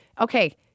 Okay